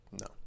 No